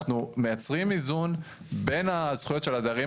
אנחנו מייצרים איזון בין הזכויות של הדיירים